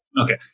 Okay